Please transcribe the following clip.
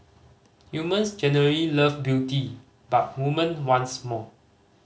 humans generally love beauty but women wants more